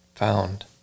found